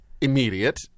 immediate